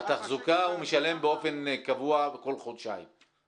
התחזוקה הוא משלם באופן קבוע כל חודשיים.